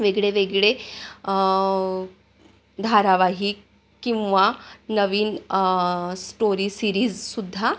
वेगळे वेगळे धारावाहिक किंवा नवीन स्टोरी सीरीजसुद्धा